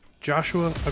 joshua